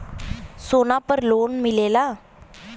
सोना पर लोन मिलेला?